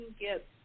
get